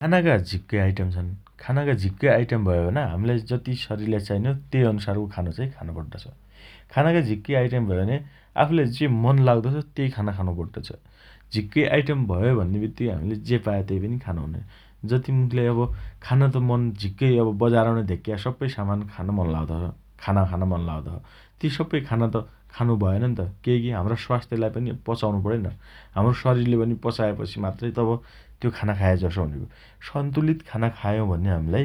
खानाका झिक्कै आइटम छन् । खानाका झिक्कै आइटम भयापन हमीलाइ जति शरिरलाई चाइने हो तेइ अनुसारको खानो चाइ खानो पड्डो छ । खानाका झिक्कै आइटम भया भने आफूलाई जे मन लाग्दो छ तेइ खाना खानो पड्डो छ । झिक्कै आइटम भयो भन्ने बित्तीकै हमीले जे पायो तेइ पनि खानो हुनैन । जति मुखीलाई अब खान त मन झिक्कै अब बजारम्णा धेक्या सप्पै सामान खान मन लाग्दो छ । खाना खान मन लाग्दो छ । ती सप्पै खान त खानो भएनन्त । केइकी हम्रा स्वास्थ्यलाई पनि पचाउनो पण्योइन । हम्रो शरिरले पनि पचाएपछि मात्रै तब त्यो खाना खाए जसो हुने भयो । सन्तुलित खाना खायौं भने हमीलाइ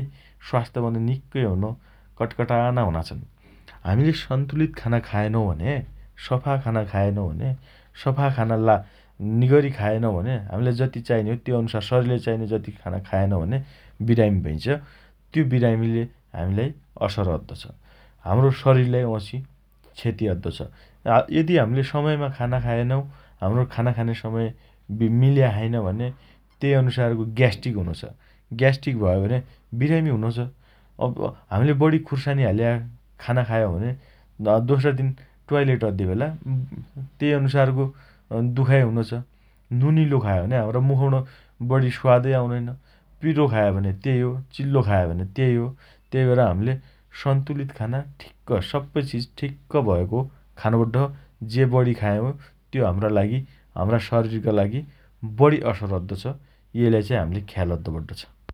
स्वास्थ पन निक्कै हुनो कट्कटाना हुना छन् । हमीले सन्तुलित खाना खाएनौं भन्या सफा खाना खाएनौं भने सफा खाना ला निकरी खाएनौं भने हामीलाई जति चाइने हो, शरिरलाई चाहिने जति खाना खाएनौं भने बिरामी भइन्छ । त्यो बिरामीले हामीलाई असर अद्दो छ । हाम्रो शरिरलाई वाउँछि क्षति अद्दो छ । आ यदि हमीले समयमा खाना खाएनौं, हम्रो खाना खाने समय मिल्या छैन भने तेइ अनुसारको ग्यास्ट्रिक हुनोछ । ग्यास्ट्रिक भयो भने बिरामी हुनो छ । अब हमीले बढी खुर्सानी हाल्या खाना खायौं भने अँ दोस्रा दिन ट्वाइलेट अद्दे बेला म्म तेइ अनुसारको दुखाइ हुनो छ । नुनीलो खायो भने हम्रा मुखम्णो बढी स्वादै आउनैन । पिरो खायो भने तेइ हो । चिल्लो खायो भने तेइ हो । तेइ भएर हमीले सन्तुलित खाना ठिक्क सप्पैचिज ठिक्क भएको खानो पड्डो छ । जे बढी खायौं त्यो हम्रा लागि हम्रा शरिरका लागि बढी असर अद्दो छ । यइलाइ हमीले ख्याल अद्द पड्डो छ ।